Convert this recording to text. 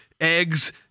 eggs